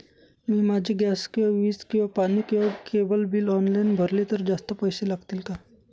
मी माझे गॅस किंवा वीज किंवा पाणी किंवा केबल बिल ऑनलाईन भरले तर जास्त पैसे लागतील का?